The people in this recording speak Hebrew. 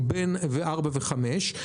וארבע וחמש,